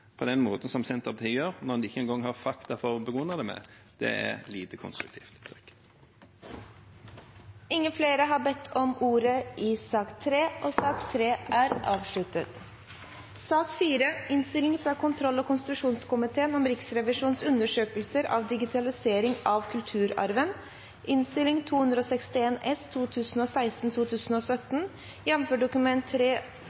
på den måten som Senterpartiet gjør, når de ikke engang har fakta å begrunne det med, er lite konstruktivt. Flere har ikke bedt om ordet til sak nr. 3. Dette er en enstemmig innstilling fra komiteen som er – iallfall sammenlignet med den forrige saken – relativt kort, og